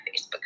Facebook